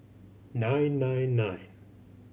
nine nine nine